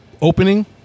opening